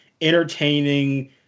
entertaining